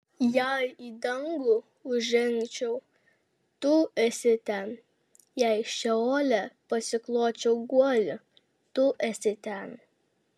jei į dangų užžengčiau tu esi ten jei šeole pasikločiau guolį tu esi ten